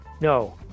No